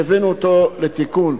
והבאנו אותו לתיקון.